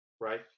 right